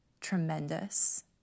tremendous